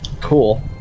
Cool